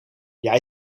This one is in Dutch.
jij